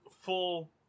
full